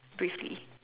briefly